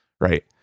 Right